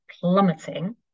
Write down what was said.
plummeting